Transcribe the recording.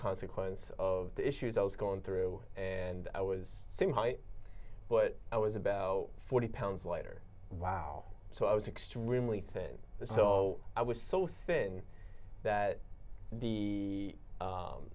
consequence of the issues i was going through and i was so high but i was about forty pounds lighter wow so i was extremely thin so i was so thin that the